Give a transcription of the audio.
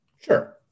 Sure